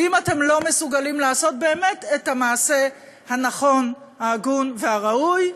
ואם אתם לא מסוגלים באמת לעשות את המעשה ההגון והראוי,